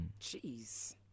Jeez